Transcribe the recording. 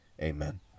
Amen